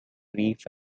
reef